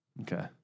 Okay